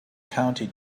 county